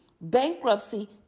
Bankruptcy